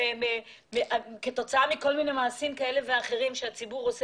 כתוצאה ממעשים שהציבור עושה